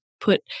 put